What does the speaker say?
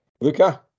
Luca